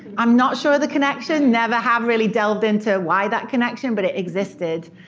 i'm not sure the connection, never have really delved into why that connection, but it existed.